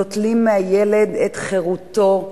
נוטלים מהילד את חירותו,